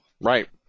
Right